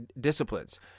disciplines